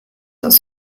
dans